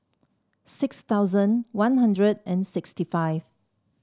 six thousand One Hundred and sixty five